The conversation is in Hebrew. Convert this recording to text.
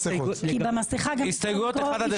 אמרתי, הסתייגויות 1 עד 11